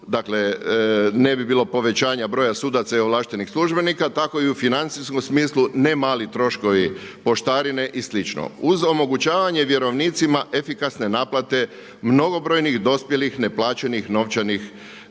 dakle ne bi bilo povećanja broja sudaca i ovlaštenih službenika tak i u financijskom smislu ne mali troškovi poštarine i slično. Uz omogućavanje vjerovnicima efikasne naplate mnogobrojnih dospjelih neplaćenih novčanih